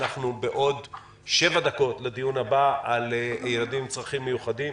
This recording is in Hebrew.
בעוד 7 דקות נפתח את הדיון הבא על ילדים עם צרכים מיוחדים.